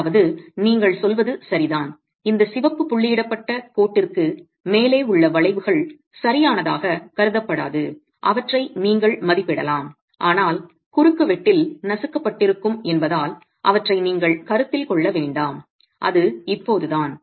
அதாவது நீங்கள் சொல்வது சரிதான் இந்த சிவப்பு புள்ளியிடப்பட்ட கோட்டிற்கு மேலே உள்ள வளைவுகள் சரியானதாக கருதப்படாது அவற்றை நீங்கள் மதிப்பிடலாம் ஆனால் குறுக்குவெட்டில் நசுக்கப்பட்டிருக்கும் என்பதால் அவற்றை நீங்கள் கருத்தில் கொள்ள வேண்டாம் அது இப்போதுதான்